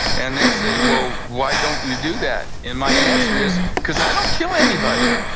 and they say, well, why don't you do that? and my answer is because i don't kill anybody.